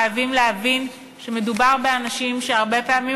חייבים להבין שמדובר באנשים שהרבה פעמים